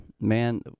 Man